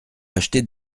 acheter